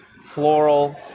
floral